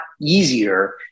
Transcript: easier